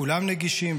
כולם נגישים,